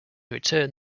return